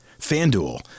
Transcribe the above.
FanDuel